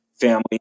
family